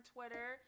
Twitter